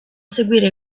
seguire